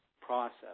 process